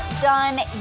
done